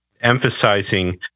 emphasizing